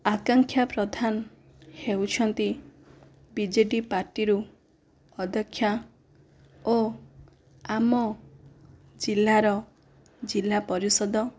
ଆକାଂକ୍ଷା ପ୍ରଧାନ ହେଉଛନ୍ତି ବିଜେଡି ପାର୍ଟୀରୁ ଅଧକ୍ଷ୍ୟା ଓ ଆମ ଜିଲ୍ଲାର ଜିଲ୍ଲାପରିଷଦ